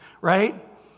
right